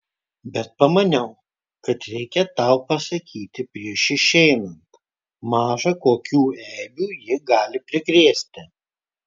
bet pamaniau kad reikia tau pasakyti prieš išeinant maža kokių eibių ji gali prikrėsti